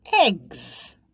eggs